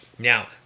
Now